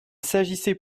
s’agissait